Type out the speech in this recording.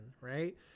right